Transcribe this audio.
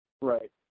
Right